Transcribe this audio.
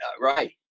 right